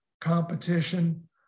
competition